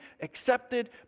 accepted